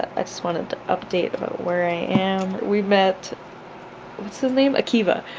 i just wanted to update about where i am, we met what's his name? akiva,